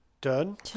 done